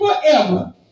forever